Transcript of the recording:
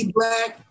Black